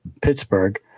Pittsburgh